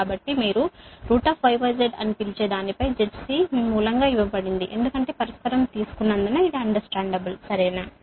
కాబట్టి మీరు yz అని పిలిచే దానిపై ZC మీ మూలంగా ఇవ్వబడింది ఎందుకంటే పరస్పరం తీసుకున్నందున ఇది వస్తుంది సరేనా